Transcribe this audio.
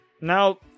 now